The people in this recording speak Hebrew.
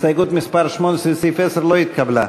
הסתייגות מס' 18 לסעיף 10 לא התקבלה.